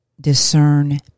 discern